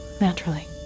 naturally